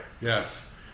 Yes